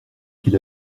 qu’il